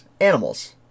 animals